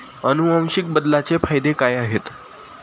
अनुवांशिक बदलाचे फायदे काय आहेत?